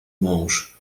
mąż